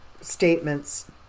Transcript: statements